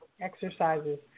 exercises